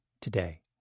today